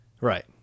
Right